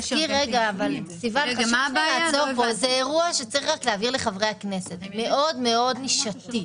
צריך להבהיר לחברי הכנסת שזה אירוע מאוד מאוד נישתי.